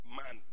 man